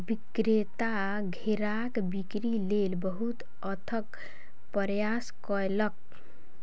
विक्रेता घेराक बिक्री लेल बहुत अथक प्रयास कयलक